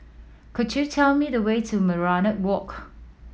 could you tell me the way to Minaret Walk